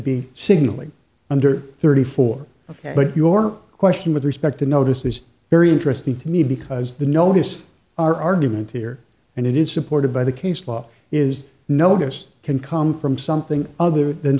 be seen only under thirty four ok but your question with respect to notice is very interesting to me because the noticed our argument here and it is supported by the case law is noticed can come from something other than